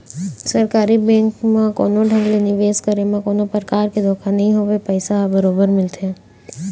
सरकारी बेंक म कोनो ढंग ले निवेश करे म कोनो परकार के धोखा नइ होवय पइसा ह बरोबर मिलथे